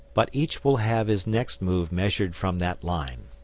but each will have his next move measured from that line.